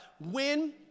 Win